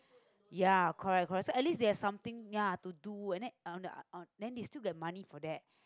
ya correct correct so at least they have something ya to do and then on~ then they still get money for that